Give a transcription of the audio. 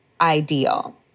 ideal